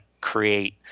create